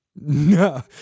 No